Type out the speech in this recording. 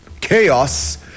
chaos